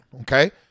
okay